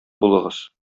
булыгыз